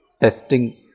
testing